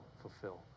fulfill